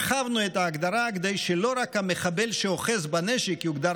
הרחבנו את ההגדרה כדי שלא רק המחבל שאוחז בנשק יוגדר